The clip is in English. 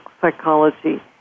psychology